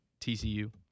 TCU